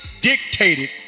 dictated